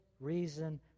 reason